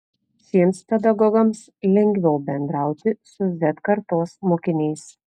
šiems pedagogams lengviau bendrauti su z kartos mokiniais